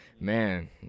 man